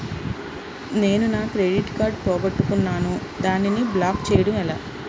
నేను నా credit card పోగొట్టుకున్నాను దానిని బ్లాక్ చేయడం ఎలా?